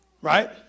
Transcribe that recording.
Right